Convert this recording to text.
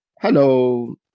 Hello